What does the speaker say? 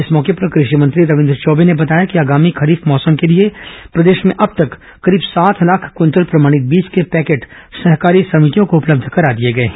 इस मौके पर कृषि मंत्री रविंद्र चौबे ने बताया कि आगामी खरीफ मौसम के लिए प्रदेश में अब तक करीब सात लाख क्विंटल प्रमाणित बीज के पैकेट सहकारी समितियों को उपलब्ध करा दिए गए हैं